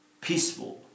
peaceful